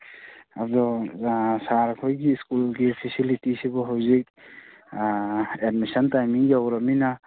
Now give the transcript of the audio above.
ꯑꯗꯨ ꯁꯥꯔ ꯈꯣꯏꯒꯤ ꯁ꯭ꯀꯨꯜꯒꯤ ꯐꯦꯁꯤꯂꯤꯇꯤꯁꯁꯤꯕꯨ ꯍꯧꯖꯤꯛ ꯑꯦꯗꯃꯤꯟꯁꯟ ꯇꯥꯏꯃꯤꯡ ꯌꯧꯔꯃꯤꯅ